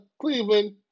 Cleveland